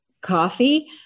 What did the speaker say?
coffee